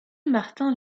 martin